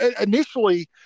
initially